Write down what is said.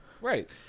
Right